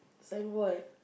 signboard